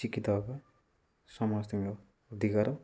ଶିକ୍ଷିତ ହେବା ସମସ୍ତିଙ୍କ ଅଧିକାର